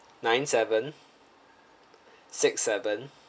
nine seven six seven